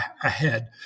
ahead